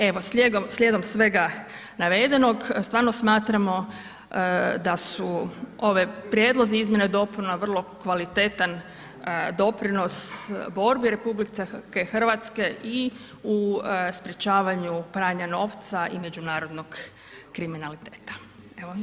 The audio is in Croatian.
Evo, slijedom svega navedenog stvarno smatramo da su ovi prijedlozi izmjena i dopuna vrlo kvalitetan doprinos borbi RH i u sprječavanju pranja novca i međunarodnog kriminaliteta.